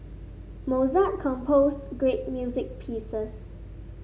Mozart composed great music pieces